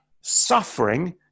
suffering